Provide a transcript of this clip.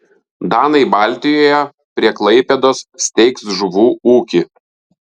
danai baltijoje prie klaipėdos steigs žuvų ūkį